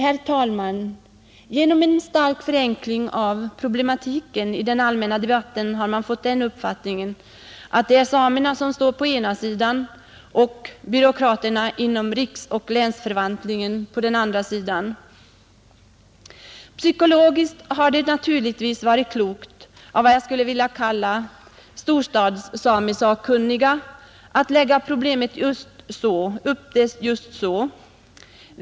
Herr talman! Genom en stark förenkling av problematiken i den allmänna debatten har man fått den uppfattningen att samerna står på den ena sidan och byråkraterna inom riksoch länsförvaltningen på den andra sidan. Psykologiskt har det naturligtvis varit klokt av vad jag skulle vilja kalla ”storstadssamesakkunniga” att lägga upp problemet just så.